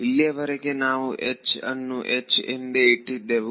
ಇಲ್ಲಿವರೆಗೆ ನಾವು ಅನ್ನು ಎಂದೆ ಇಟ್ಟಿದ್ದೆವು